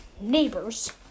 neighbors